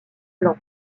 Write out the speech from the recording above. blanc